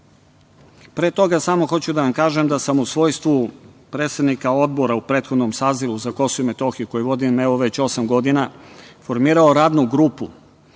Pre toga, samo hoću da vam kažem da sam u svojstvu predsednika Odbora u prethodnom sazivu za Kosovo i Metohiju, koji vodim već osam godina, formirao Radnu grupu